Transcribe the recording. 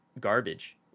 garbage